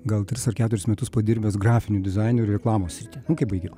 gal tris ar keturis metus padirbęs grafiniu dizaineriu reklamos srityje nu kai baigiau